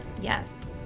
yes